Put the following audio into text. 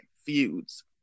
feuds